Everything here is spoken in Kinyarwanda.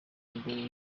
mbere